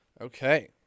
Okay